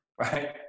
right